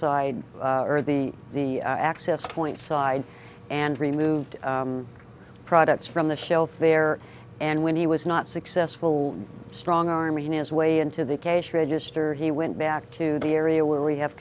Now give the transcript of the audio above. side or the the access point side and removed products from the shelf there and when he was not successful strong armenians way into the case register he went back to the area where we have